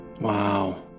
Wow